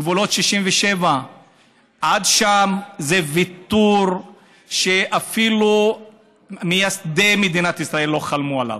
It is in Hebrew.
גבולות 67'; עד שם זה ויתור שאפילו מייסדי מדינת ישראל לא חלמו עליו.